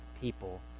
people